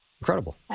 Incredible